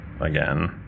again